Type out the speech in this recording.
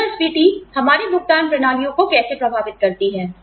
मुद्रास्फीति हमारी भुगतान प्रणालियों को कैसे प्रभावित करती है